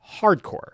hardcore